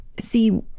see